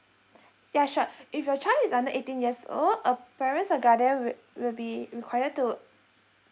ya sure if your child is under eighteen years old uh parents or guardian will will be required to